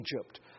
Egypt